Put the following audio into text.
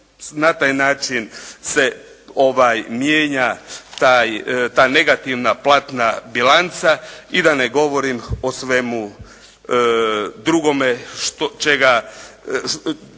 Na taj način se mijenja taj, ta negativna platna bilanca i da ne govorim o svemu drugome što,